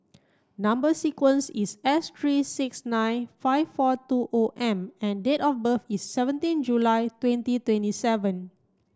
number sequence is S three six nine five four two O M and date of birth is seventeen July twenty twenty seven